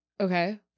Okay